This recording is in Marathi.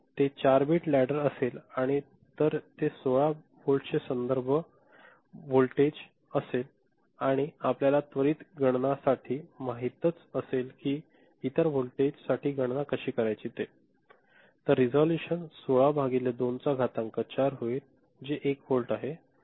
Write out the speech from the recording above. तर जर ते 4 बिट लॅडर असेल आणि तर ते 16 व्होल्टचे संदर्भ व्होल्टेज असेल आणि आपल्याला त्वरित गणनासाठी माहितच असेल कि इतर व्होल्टेज साठी गणना कशी करायची ते तर रेझोल्यूशन 16 भागिले 2 चा घातांक 4 होईल जे 1 व्होल्ट आहे